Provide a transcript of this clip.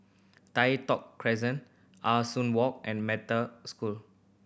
Tai Thong Crescent Ah Soo Walk and Metta School